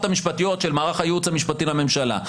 המשפטיות של מערך הייעוץ המשפטי לממשלה.